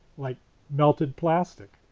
like melted plastic.